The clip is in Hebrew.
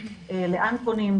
לאן פונים,